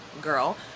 girl